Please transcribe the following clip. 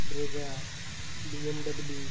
Brezza BMW